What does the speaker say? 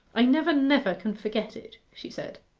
i never, never can forget it she said,